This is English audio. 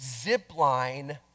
zipline